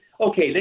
Okay